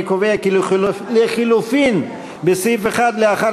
אני קובע כי ההסתייגות לחלופין בסעיף 1 לאחר